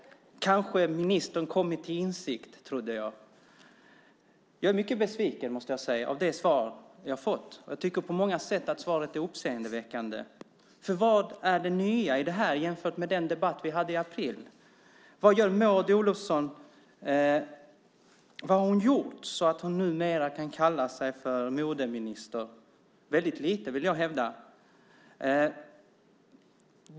Kanske hade ministern kommit till insikt, trodde jag. Jag är mycket besviken, måste jag säga, över det svar jag har fått. Jag tycker att svaret på många sätt är uppseendeväckande. Vad är det nya i det här jämfört med den debatt vi hade i april? Vad har Maud Olofsson gjort så att hon numera kan kalla sig för modeminister? Väldigt lite, vill jag hävda.